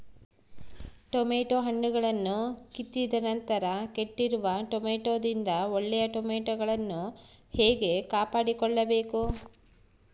Tomato ಹಣ್ಣುಗಳನ್ನು ಕಿತ್ತಿದ ನಂತರ ಕೆಟ್ಟಿರುವ ಟೊಮೆಟೊದಿಂದ ಒಳ್ಳೆಯ ಟೊಮೆಟೊಗಳನ್ನು ಹೇಗೆ ಕಾಪಾಡಿಕೊಳ್ಳಬೇಕು?